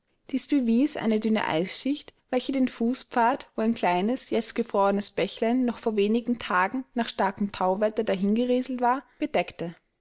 dies bewies eine dünne eisschicht welche den fußpfad wo ein kleines jetzt gefrorenes bächlein noch vor wenigen tagen nach starkem thauwetter dahin gerieselt war bedeckte